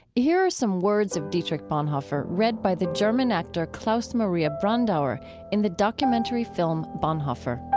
here are some words of dietrich bonhoeffer read by the german actor klaus maria brandauer in the documentary film bonhoeffer